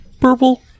Purple